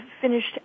finished